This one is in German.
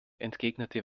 entgegnete